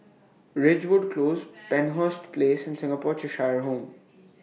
Ridgewood Close Penshurst Place and Singapore Cheshire Home